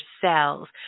cells